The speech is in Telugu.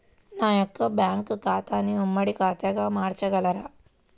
నా యొక్క బ్యాంకు ఖాతాని ఉమ్మడి ఖాతాగా మార్చగలరా?